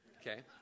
Okay